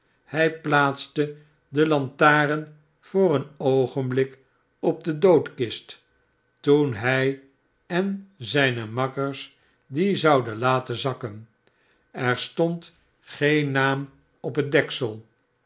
hij plaatste de lantaren voor een oogenblik op de doodkist toen hij en zijne makkers die zouden laten zakken er stond geen naam op het deksel